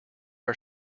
our